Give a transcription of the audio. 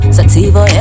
Sativa